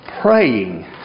praying